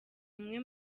umwe